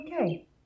okay